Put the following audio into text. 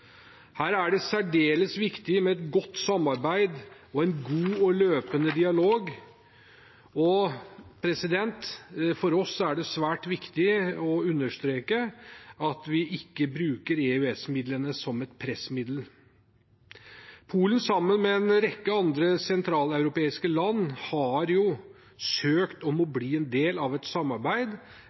Her er det særdeles viktig med et godt samarbeid og en god og løpende dialog. For oss er det svært viktig å understreke at vi ikke bruker EØS-midlene som et pressmiddel. Polen har jo, sammen med en rekke andre sentraleuropeiske land, søkt om å bli en del av et samarbeid,